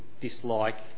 dislike